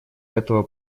этого